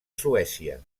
suècia